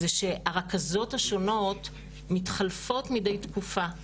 זה שהרכזות השונות מתחלפות מידי תקופה,